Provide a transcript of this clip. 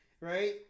right